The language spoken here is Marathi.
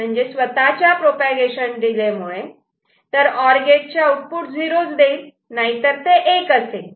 म्हणजे त्याच्या स्वतःच्या प्रोपागेशन डिले मुळे ऑर गेट आउटपुट 0 देईल नाहीतर ते 1 असेल